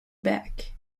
back